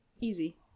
easy